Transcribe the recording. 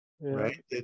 right